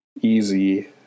easy